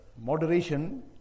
moderation